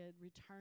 return